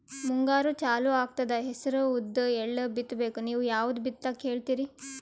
ಮುಂಗಾರು ಚಾಲು ಆಗ್ತದ ಹೆಸರ, ಉದ್ದ, ಎಳ್ಳ ಬಿತ್ತ ಬೇಕು ನೀವು ಯಾವದ ಬಿತ್ತಕ್ ಹೇಳತ್ತೀರಿ?